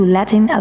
Latin